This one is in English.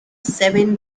seven